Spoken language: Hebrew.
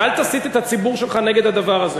ואל תסית את הציבור שלך נגד הדבר הזה.